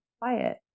quiet